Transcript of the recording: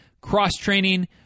cross-training